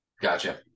Gotcha